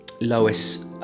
Lois